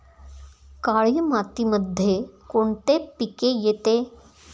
काळी मातीमध्ये कोणते पिके येते?